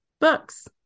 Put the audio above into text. books